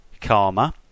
karma